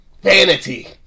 vanity